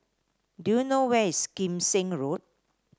do you know where is Kim Seng Road